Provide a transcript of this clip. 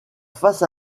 face